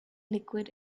liquid